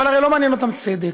אבל הרי לא מעניין אותם צדק,